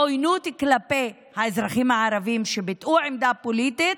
עוינות כלפי האזרחים הערבים שביטאו עמדה פוליטית,